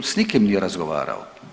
S nikim nije razgovarao.